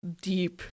deep